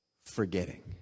forgetting